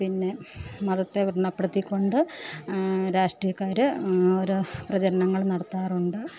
പിന്നെ മതത്തെ വ്രണപ്പെടുത്തി കൊണ്ട് രാഷ്ട്രീയക്കാർ ഓരോ പ്രചരണങ്ങൾ നടത്താറുണ്ട്